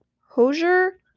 hosier